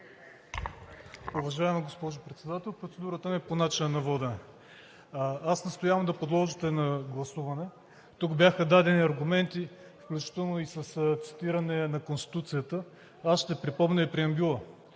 Уважаема госпожо Председател, процедурата ми е по начина на водене. Аз настоявам да подложите на гласуване – тук бяха дадени аргументи, включително и с цитиране на Конституцията, аз ще припомня и преамбюла: